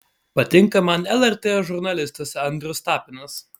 patinka man lrt žurnalistas andrius tapinas